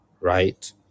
right